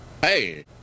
Hey